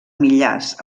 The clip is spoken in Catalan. millars